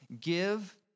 give